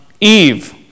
Eve